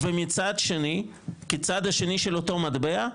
מצד שני, כצעד השני של אותו מטבע,